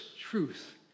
truth